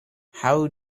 how